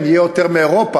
נהיה יותר מאירופה,